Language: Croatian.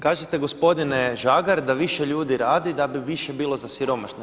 Kažete gospodine Žagar da više ljudi radi da bi više bilo za siromašne.